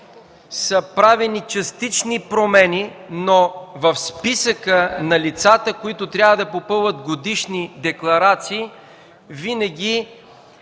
са правени частични промени, но в списъка на лицата, които трябва да попълват годишни декларации, винаги